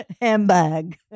handbag